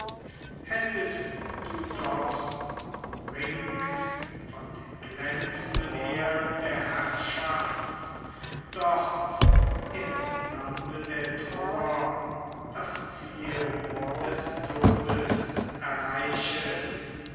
hättest du doch umringt von den glänzenden ehren der herrschaft dort im lande der troer das ziel des todes erreichet